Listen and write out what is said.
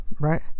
Right